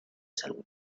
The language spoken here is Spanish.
salud